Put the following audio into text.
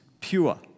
pure